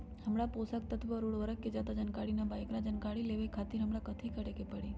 हमरा पोषक तत्व और उर्वरक के ज्यादा जानकारी ना बा एकरा जानकारी लेवे के खातिर हमरा कथी करे के पड़ी?